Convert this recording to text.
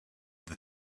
the